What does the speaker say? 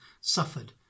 suffered